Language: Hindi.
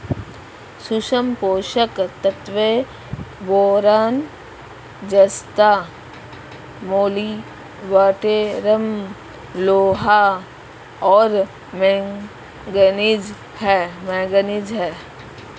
सूक्ष्म पोषक तत्व बोरान जस्ता मोलिब्डेनम लोहा और मैंगनीज हैं